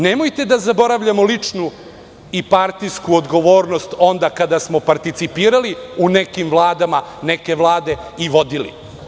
Nemojte da zaboravljamo ličnu i partijsku odgovornost onda kada smo participirali u nekim vladama, neke vlade i vodili.